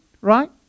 right